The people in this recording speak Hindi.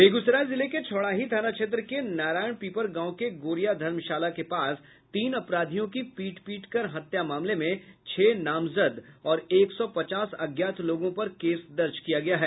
बेगूसराय जिले के छौड़ाही थाना क्षेत्र के नारायणपीपर गांव के गोरिया धर्मशाला के पास तीन अपराधियों की पीट पीट कर हत्या मामले में छह नामजद और एक सौ पचास अज्ञात लोगों पर केस दर्ज किया गया है